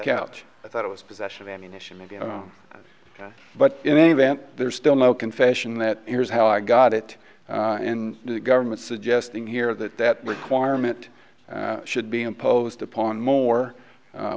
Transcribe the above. couch i thought it was possession of ammunition but in any event there's still no confession that here's how i got it in the government suggesting here that that requirement should be imposed upon more